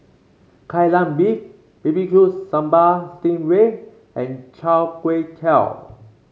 Kai Lan Beef B B Q Sambal Sting Ray and chai kway tow